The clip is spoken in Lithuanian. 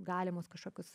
galimus kažkokius